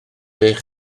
eich